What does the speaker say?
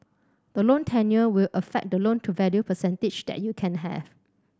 the loan tenure will affect the loan to value percentage that you can have